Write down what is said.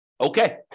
Okay